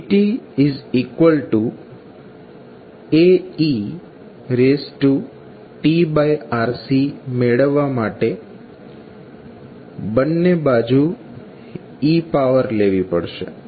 VAetRCમેળવવા માટે બંને બાજુ e પાવર લેવી પડશે